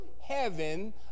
heaven